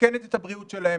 מסכנת את הבריאות שלהם.